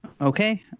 Okay